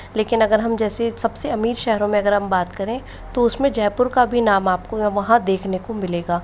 लेकिन अगर हम जैसे सबसे अमीर शहरों में अगर हम बात करें तो उसमें जयपुर का भी नाम आपको वहाँ देखने को मिलेगा